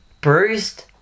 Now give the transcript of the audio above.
bruised